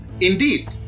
Indeed